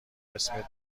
اسمت